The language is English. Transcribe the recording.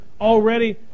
already